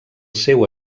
seu